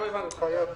הגיעה